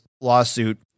lawsuit